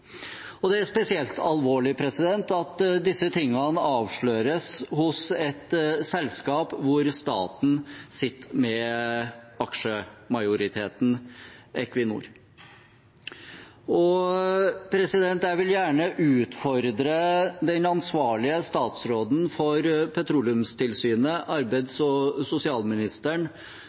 Og det er spesielt alvorlig at disse tingene avsløres hos et selskap hvor staten sitter med aksjemajoriteten, Equinor. Jeg vil gjerne utfordre den ansvarlige statsråden for Petroleumstilsynet, arbeids- og sosialministeren,